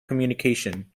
communication